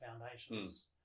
foundations